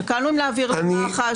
שקלנו אם להעביר למח"ש.